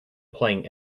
playing